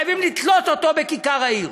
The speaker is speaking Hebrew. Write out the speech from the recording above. חייבים לתלות אותו בכיכר העיר.